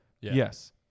Yes